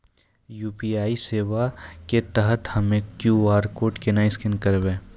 UPI सेवा के तहत हम्मय क्यू.आर कोड केना स्कैन करबै?